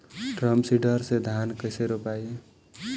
Drum seeder से धान कैसे रोपाई?